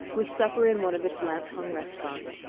with supper in one of its lamp-hung restaurants,